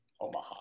Omaha